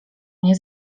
mnie